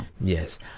Yes